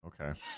Okay